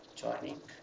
joining